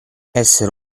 essere